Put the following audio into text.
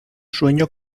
sueño